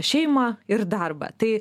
šeimą ir darbą tai